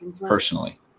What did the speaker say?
personally